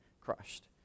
crushed